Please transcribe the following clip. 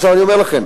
עכשיו אני אומר לכם: